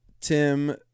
Tim